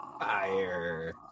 Fire